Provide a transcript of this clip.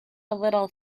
little